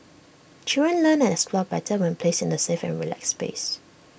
children learn and explore better when placed in A safe and relaxed space